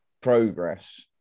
Progress